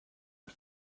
but